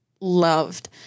loved